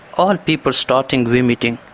all people starting vomiting.